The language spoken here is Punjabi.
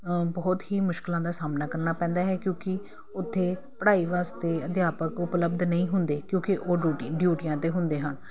ਬਹੁਤ ਹੀ ਮੁਸ਼ਕਿਲਾਂ ਦਾ ਸਾਹਮਣਾ ਕਰਨਾ ਪੈਂਦਾ ਹੈ ਕਿਉਂਕਿ ਉੱਥੇ ਪੜ੍ਹਾਈ ਵਾਸਤੇ ਅਧਿਆਪਕ ਉਪਲਬਧ ਨਹੀਂ ਹੁੰਦੇ ਕਿਉਂਕਿ ਉਹ ਡਿਊਟੀ ਡਿਊਟੀਆਂ ਦੇ ਹੁੰਦੇ ਹਨ